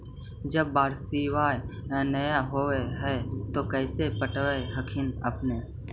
जब बारिसबा नय होब है तो कैसे पटब हखिन अपने?